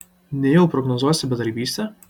nejau prognozuosi bedarbystę